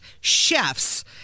chefs